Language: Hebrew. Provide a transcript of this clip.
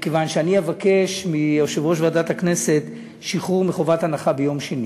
מכיוון שאני אבקש מיושב-ראש ועדת הכנסת שחרור מחובת הנחה ביום שני.